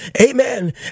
Amen